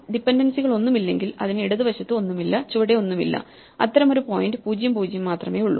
ഡിപൻഡൻസികളൊന്നുമില്ലെങ്കിൽ അതിന് ഇടതുവശത്ത് ഒന്നുമില്ല ചുവടെ ഒന്നുമില്ല അത്തരമൊരു പോയിന്റ് 0 0 മാത്രമേയുള്ളൂ